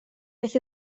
beth